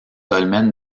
dolmen